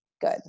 good